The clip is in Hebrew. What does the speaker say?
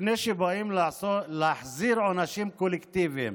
לפני שבאים להטיל עונשים קולקטיביים